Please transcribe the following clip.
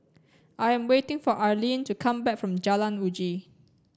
I am waiting for Arlene to come back from Jalan Uji